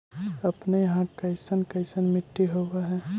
अपने यहाँ कैसन कैसन मिट्टी होब है?